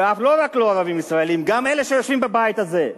ולא רק ערבים ישראלים, גם אלה שיושבים בבית הזה.